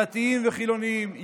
דתיים וחילונים,